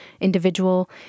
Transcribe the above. individual